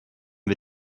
wir